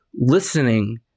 listening